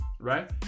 Right